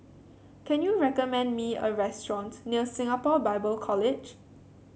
can you recommend me a restaurant near Singapore Bible College